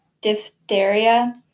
diphtheria